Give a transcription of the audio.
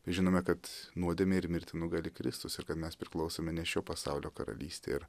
žinome kad nuodėmę ir mirtį nugali kristus ir kad mes priklausome ne šio pasaulio karalystei ir